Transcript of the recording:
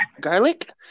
garlic